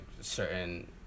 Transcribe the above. certain